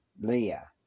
Leah